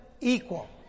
equal